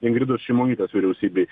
ingridos šimonytės vyriausybei